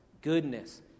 goodness